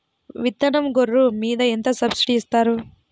విత్తనం గొర్రు మీద ఎంత సబ్సిడీ ఇస్తారు?